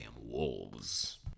wolves